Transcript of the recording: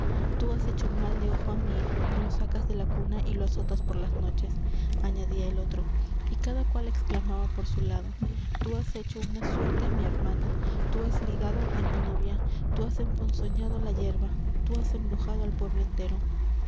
tú has hecho mal de ojo á mi hijo y lo sacas de la cuna y lo azotas por las noches añadía el otro y cada cual exclamaba por su lado tú has echado una suerte á mi hermana tú has ligado á mi novia tú has emponzoñado la yerba tú has embrujado al pueblo entero